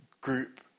group